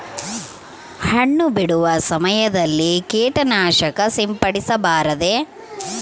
ಹಣ್ಣು ಬಿಡುವ ಸಮಯದಲ್ಲಿ ಕೇಟನಾಶಕ ಸಿಂಪಡಿಸಬಾರದೆ?